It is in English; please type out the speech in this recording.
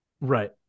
Right